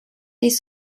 this